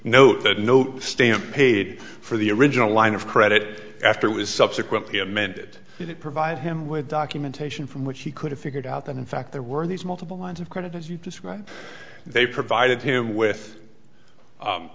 note that note stamp paid for the original line of credit after was subsequently amended to provide him with documentation from which he could have figured out that in fact there were these multiple lines of credit as you describe they provided him with